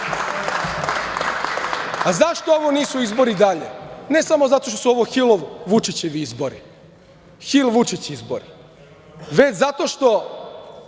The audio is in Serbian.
države.Zašto ovo nisu izbori i dalje? Ne samo zato što su ovo Hilov Vučićevi izbori, Hil Vučić izbori, već zato što